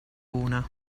una